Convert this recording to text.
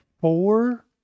four